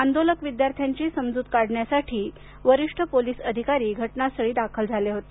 आंदोलक विद्यार्थ्यांची समजूत काढण्यासाठी वरिष्ठ पोलिस अधिकारी घटनास्थळी दाखल झाले होते